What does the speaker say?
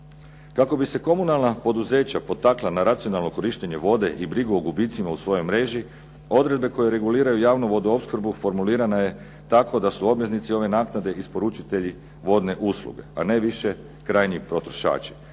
Kako bi se komunalna poduzeća potakla na racionalno korištenje vode i brigu o gubicima u svojoj mreži, odredbe koje reguliraju javnu vodoopskrbu formulirana je tako da se korisnici ove naknade isporučitelji vodne usluge, a ne više krajnji potrošači.